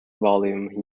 volume